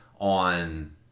on